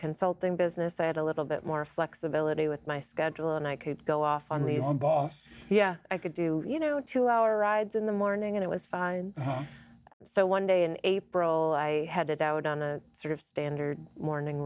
consulting business i had a little bit more flexibility with my schedule and i could go off on the boss yeah i could do you know two hour rides in the morning and it was fine so one day in april i headed out on a sort of standard morning